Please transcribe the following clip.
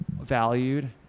valued